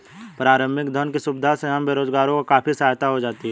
प्रारंभिक धन की सुविधा से हम बेरोजगारों की काफी सहायता हो जाती है